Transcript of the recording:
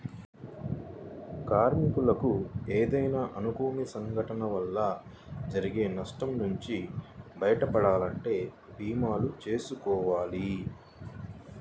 కార్మికులకు ఏమైనా అనుకోని సంఘటనల వల్ల జరిగే నష్టం నుంచి బయటపడాలంటే భీమాలు చేసుకోవాలి